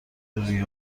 روی